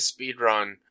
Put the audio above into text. speedrun